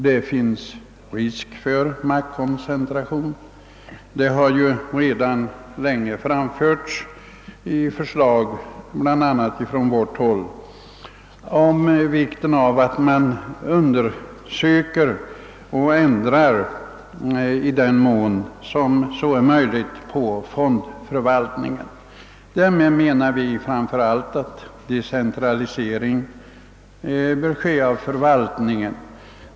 I förslag från vårt håll har också flera gånger understrukits hur viktigt det är att undersökningar genomförs och ändringar i fråga om fondförvaltningen görs när så erfordras. Vi anser framför allt att en decentralisering av förvaltningen bör ske.